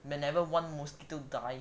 whenever one mosquito die